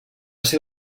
ser